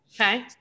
Okay